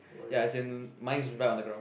ya as in my is right on the ground